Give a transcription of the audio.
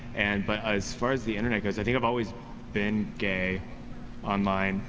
and but ah as far as the internet goes, i think i've always been gay online.